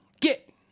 get